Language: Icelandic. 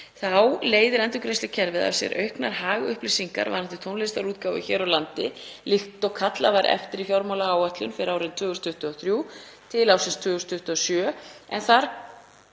Þá leiðir endurgreiðslukerfið af sér auknar hagupplýsingar varðandi tónlistarútgáfu hér á landi, líkt og kallað var eftir í fjármálaáætlun fyrir árin 2023–2027, en þar